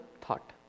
thought